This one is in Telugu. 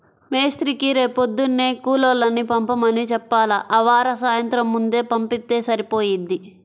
మేస్త్రీకి రేపొద్దున్నే కూలోళ్ళని పంపమని చెప్పాల, ఆవార సాయంత్రం ముందే పంపిత్తే సరిపోయిద్ది